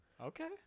Okay